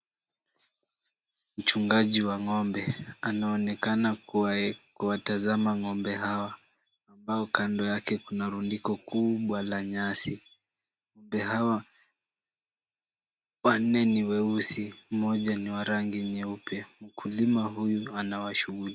Mchungaji wa ng'ombe anaonekana kuwatazama ng'ombe hawa ambao kando yake kuna rundiko kubwa la nyasi. Ng'ombe hawa, wanne ni weusi mmoja ni wa rangi nyeupe. Mkulima huyu anawashughulikia.